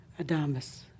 Adamus